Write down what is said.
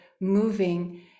moving